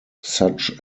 such